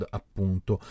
appunto